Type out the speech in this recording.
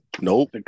Nope